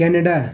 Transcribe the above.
Canada